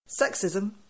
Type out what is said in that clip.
Sexism